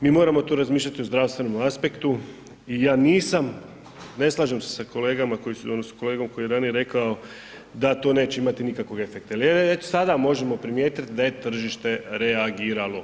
Mi moramo tu razmišljati o zdravstvenome aspektu i ja nisam, ne slažem se s kolegama odnosno s kolegom koji je ranije rekao da to neće imati nikakvog efekta jer već sada možemo primijetiti da je tržište reagiralo.